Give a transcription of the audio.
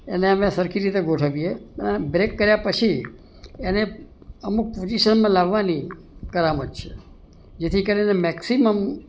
એને અમે સરખી રીતે ગોઠવીએ અને બ્રેક કર્યા પછી એને અમુક પોઝિશનમા લાવવાની કરામત છે જેથી કરીને મેક્સિમમ